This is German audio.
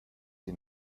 sie